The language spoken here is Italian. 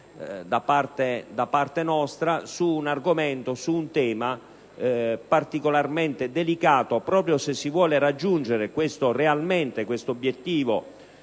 da parte nostra su un argomento particolarmente delicato proprio se si vuole raggiungere realmente questo obiettivo